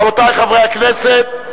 רבותי חברי הכנסת,